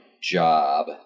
job